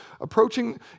approaching